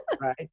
right